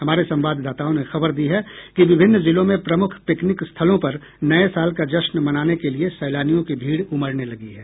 हमारे संवाददाताओं ने खबर दी है कि विभिन्न जिलों में प्रमुख पिकनिक स्थलों पर नये साल का जश्न मनाने के लिए सैलानियों की भीड़ उमड़ने लगी है